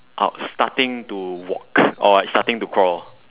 starting to walk or like starting to crawl